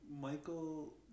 Michael